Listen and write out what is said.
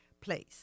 place